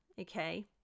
okay